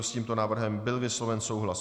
S tímto návrhem byl vysloven souhlas.